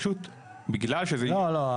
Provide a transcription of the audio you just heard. לא, לא.